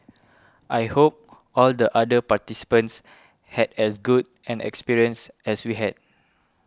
I hope all the other participants had as good an experience as we had